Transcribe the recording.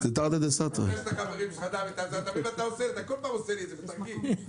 הם כבר לא חרדים ממזמן.